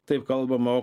taip kalbama o